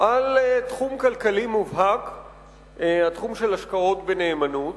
על תחום כלכלי מובהק, התחום של השקעות בנאמנות.